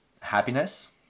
happiness